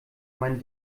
mein